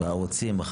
כן.